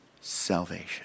Salvation